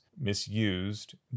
misused